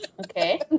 okay